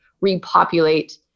repopulate